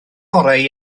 orau